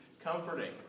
comforting